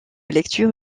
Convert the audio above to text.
lecture